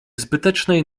zbytecznej